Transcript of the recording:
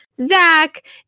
Zach